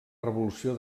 revolució